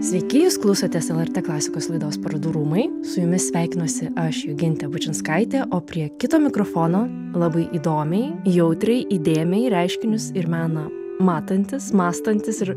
sveiki jūs klausote lrt klasikos laidos parodų rūmai su jumis sveikinuosi aš jogintė bučinskaitė o prie kito mikrofono labai įdomiai jautriai įdėmiai reiškinius ir meną matantis mąstantis ir